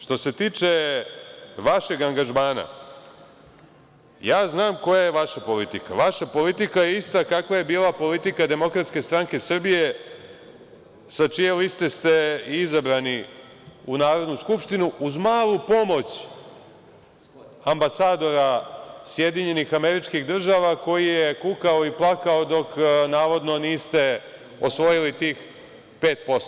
Što se tiče vašeg angažmana, ja znam koja je vaša politika, vaša politika je ista kakva je bila politika Demokratske stranke Srbije, sa čije liste ste izabrani u Narodnu skupštinu, uz malu pomoć ambasadora Sjedinjenih Američkih Država, koji je kukao i plakao dok navodno niste osvojili tih 5%